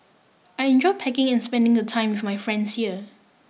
I enjoy packing and spending the time with my friends here